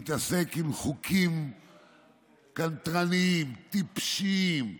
להתעסק עם חוקים קנטרניים, טיפשיים?